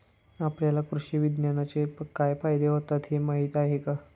आपल्याला कृषी विज्ञानाचे काय फायदे होतात हे माहीत आहे का?